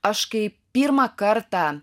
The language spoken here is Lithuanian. aš kai pirmą kartą